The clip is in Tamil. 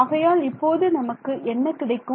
ஆகையால் இப்போது நமக்கு என்ன கிடைக்கும்